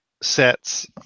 sets